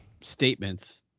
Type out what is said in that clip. statements